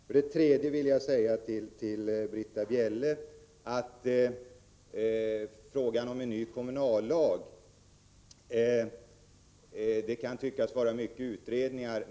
För det tredje kan det, Britta Bjelle, när det gäller frågan om en ny kommunallag tyckas vara många utredningar.